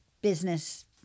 business